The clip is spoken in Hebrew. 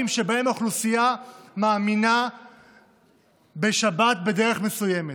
שבהן האוכלוסייה מאמינה בשבת בדרך מסוימת.